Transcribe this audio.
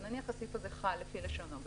ונניח הסעיף הזה חל לפי לשונו,